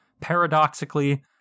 Paradoxically